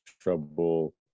trouble